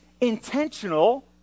intentional